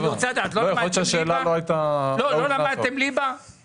אנחנו מדברים על 63 מיליון שקלים.